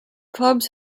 clubs